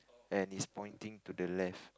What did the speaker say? and he is pointing to the left